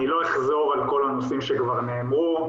אני לא אחזור על כל הנושאים שגם נאמרו,